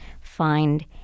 find